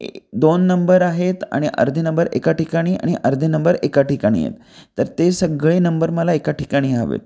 ए दोन नंबर आहेत आणि अर्धे नंबर एका ठिकाणी आणि अर्धे नंबर एका ठिकाणी आहेत तर ते सगळे नंबर मला एका ठिकाणी हवे आहेत